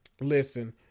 Listen